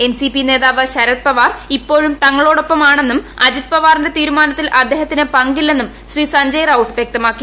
NCP നേതാവ് ശരത് പവാർ ഇപ്പോഴും തങ്ങളോടൊപ്പമാണെന്നും അജിത് പവാറിന്റെ തീരുമാനത്തിൽ അദ്ദേഹത്തിന് പങ്കില്ലെന്നും ശ്രീ സഞജയ് റൌട്ട് വ്യക്തമാക്കി